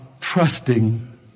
trusting